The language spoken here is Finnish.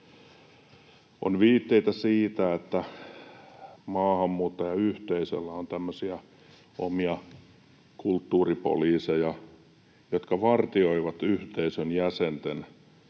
On viitteitä siitä, että maahanmuuttajayhteisöillä on tämmöisiä omia ”kulttuuripoliiseja”, jotka vartioivat yhteisön jäsenten